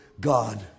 God